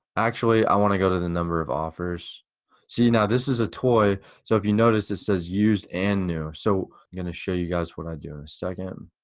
actually i wanna go to the number of offers see, now this is a toy so if you notice this says used and new. so, gonna show you guys what i do in a second.